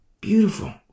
Beautiful